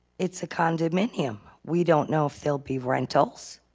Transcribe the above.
it's a condominium. we don't know if they'll be rentals.